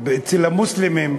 אצל המוסלמים,